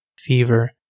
fever